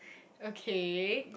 okay